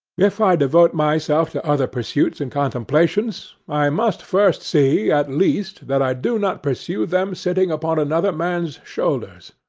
if i devote myself to other pursuits and contemplations, i must first see, at least, that i do not pursue them sitting upon another man's shoulders.